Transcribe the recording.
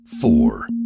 four